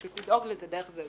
פשוט לדאוג לזה דרך זה.